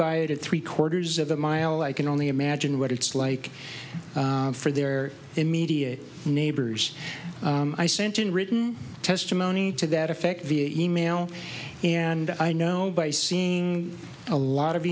by it at three quarters of a mile i can only imagine what it's like for their immediate neighbors i sent in written testimony to that effect via email and i know by seeing a lot of